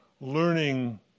learning